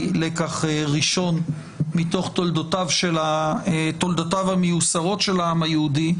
לקח ראשון מתוך תולדותיו המיוסרות של העם היהודי,